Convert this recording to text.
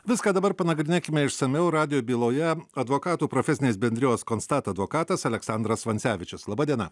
viską dabar panagrinėkime išsamiau radijo byloje advokatų profesinės bendrijos konstata advokatas aleksandras vansevičius laba diena